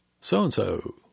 so-and-so